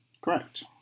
correct